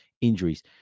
injuries